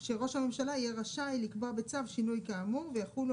שראש הממשלה יהיה רשאי לקבוע בצו שינוי כאמור ויחולו